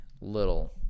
little